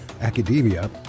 academia